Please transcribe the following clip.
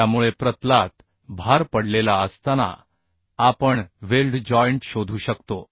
त्यामुळे प्रतलात भार पडलेला असताना आपण वेल्ड जॉइंट शोधू शकतो